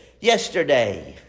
yesterday